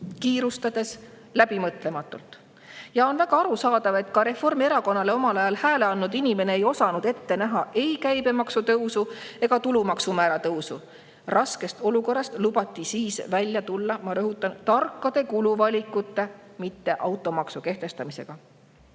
kiirustades ja läbimõtlematult. On väga arusaadav, et ka Reformierakonnale omal ajal hääle andnud inimene ei osanud ette näha ei käibemaksu tõusu ega tulumaksu määra tõusu. Raskest olukorrast lubati siis välja tulla, ma rõhutan, tarkade kuluvalikute, mitte automaksu kehtestamise